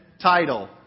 title